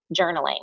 journaling